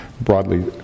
broadly